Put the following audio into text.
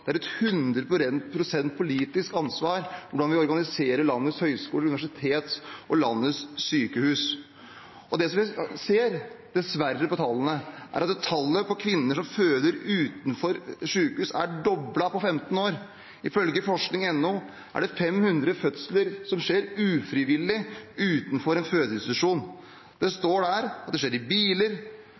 ansvar hvordan vi organiserer landets høyskoler og universiteter og landets sykehus. Og det vi dessverre ser ut fra tallene, er at tallet på kvinner som føder utenfor sykehus, er doblet på 15 år. Ifølge forskning.no er det 500 fødsler som skjer ufrivillig utenfor en fødeinstitusjon. Det står der at det skjer i biler,